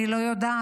אני לא יודעת,